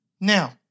Now